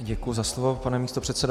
Děkuji za slovo, pane místopředsedo.